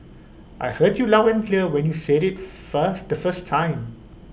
I heard you loud and clear when you said IT first the first time